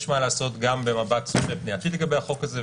יש מה לעשות גם במבט צופה פני עתיד לגבי החוק הזה,